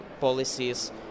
policies